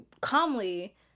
calmly